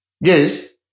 Yes